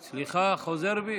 סליחה, חוזר בי.